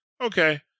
okay